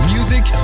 Music